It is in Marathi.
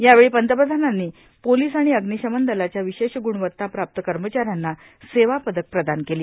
यावेळी पंतप्रधानांनी पोलीस आणि अग्विशामन दलाच्या विशेष ग्रुणवत्ता प्राप्त कर्मचाऱ्यांना सेवापदक प्रदान केली